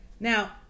Now